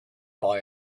boy